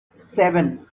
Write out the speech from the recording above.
seven